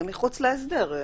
זה מחוץ להסדר.